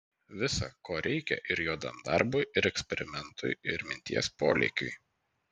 visa ko reikia ir juodam darbui ir eksperimentui ir minties polėkiui